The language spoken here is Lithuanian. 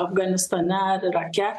afganistane irake